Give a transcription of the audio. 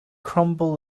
crumble